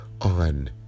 on